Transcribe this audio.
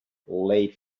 late